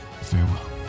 Farewell